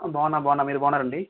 బాగున్నా బాగున్నా మీరు బాగున్నారా అండి